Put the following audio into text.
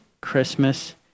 Christmas